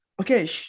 Okay